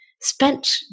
spent